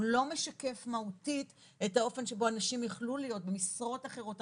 הוא לא משקף מהותית את האופן שבו אנשים יכלו להיות במשרות אחרות,